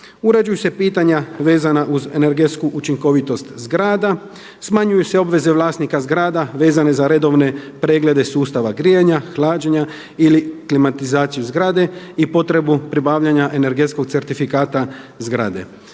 Uređuju se pitanja vezana uz energetsku učinkovitost zgrada. Smanjuju se obveze vlasnika zgrada vezane za redovne preglede sustava grijanja, hlađenja ili klimatizaciju zgrade i potrebu pribavljanja energetskog certifikata zgrade